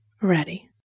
Ready